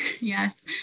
Yes